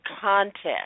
context